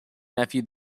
nephew